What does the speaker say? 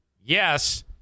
Yes